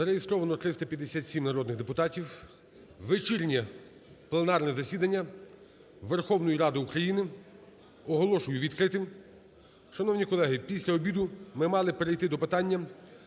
Зареєстровано 357 народних депутатів. Вечірнє пленарне засідання Верховної Ради України оголошую відкритим. Шановні колеги, після обіду ми мали перейти до питання